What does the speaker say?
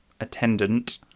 attendant